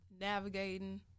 navigating